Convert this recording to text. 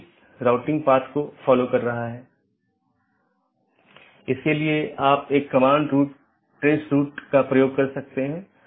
गैर संक्रमणीय में एक और वैकल्पिक है यह मान्यता प्राप्त नहीं है इस लिए इसे अनदेखा किया जा सकता है और दूसरी तरफ प्रेषित नहीं भी किया जा सकता है